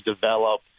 develop